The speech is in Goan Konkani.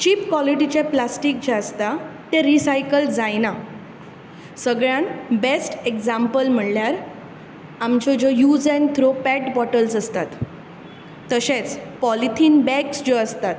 चीप क्वालिटिचें प्लास्टीक जें आसता तें रिसाईकल जायना सगळ्यान बेस्ट इग्जैम्पल म्हळ्यार आमचो जो use and throw PET bottles आसतात तशेंच पोलिथीन बेग्स ज्यो आसतात